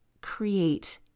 create